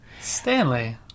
Stanley